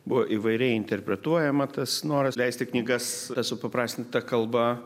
buvo įvairiai interpretuojama tas noras leisti knygas supaprastinta kalba